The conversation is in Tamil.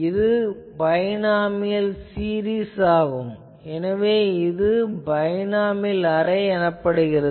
இது பைனாமியல் சீரிஸ் ஆகும் எனவே இது பைனாமியல் அரே எனப்படுகிறது